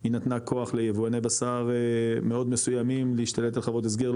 היא נתנה כוח ליבואני בשר מאוד מסוימים להשתלט על חוות הסגר,